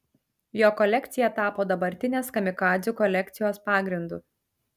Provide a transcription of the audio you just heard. jo kolekcija tapo dabartinės kamikadzių kolekcijos pagrindu